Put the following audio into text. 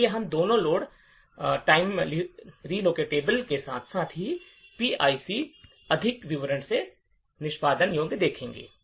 इसलिए हम दोनों लोड टाइम रिलोकेबल के साथ साथ पीआईसी अधिक विवरण में निष्पादन योग्य देखेंगे